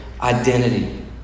identity